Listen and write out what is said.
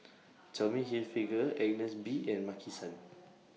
Tommy Hilfiger Agnes B and Maki San